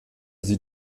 sie